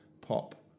pop